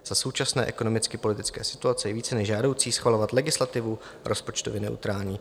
Za současné ekonomicky politické situace je více než žádoucí schvalovat legislativu rozpočtově neutrální.